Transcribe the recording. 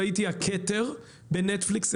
ראיתי הכתר ב-Netflix,